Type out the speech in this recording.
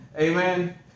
Amen